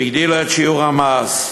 והגדילו את שיעור המס.